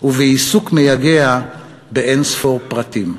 ועיסוק מייגע באין-סוף פרטים.